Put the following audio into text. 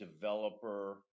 developer